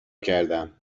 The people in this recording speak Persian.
کردم